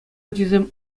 ачисем